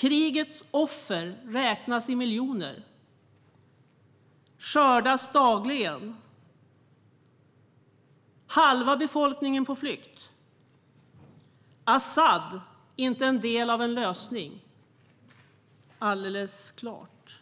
Krigets offer räknas i miljoner och skördas dagligen. Halva befolkningen är på flykt. al-Asad är inte en del av en lösning. Det är alldeles klart.